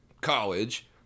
college